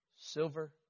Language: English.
silver